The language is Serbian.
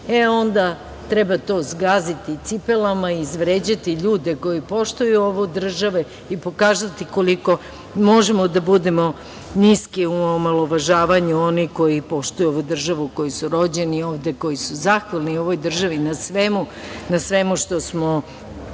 onda treba to zgaziti cipelama, izvređati ljude koji poštuju ovu državu i pokazati koliko možemo da budemo niski u omalovažavanju onih koji poštuju ovu državu u kojoj su rođeni i koji su zahvalni ovoj državi na svemu što smo